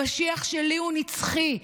המשיח שלי הוא נצחי.